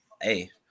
Hey